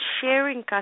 sharing